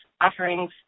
offerings